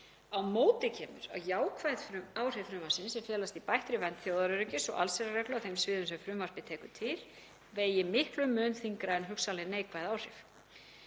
Á móti kemur að jákvæð áhrif frumvarpsins, sem felast í bættri vernd þjóðaröryggis og allsherjarreglu á þeim sviðum sem frumvarpið tekur til, vegi miklum mun þyngra en hugsanleg neikvæð áhrif.